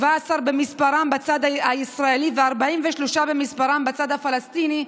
17 במספרן בצד הישראלי ו-43 מספרן בצד הפלסטיני,